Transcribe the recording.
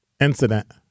Incident